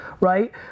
right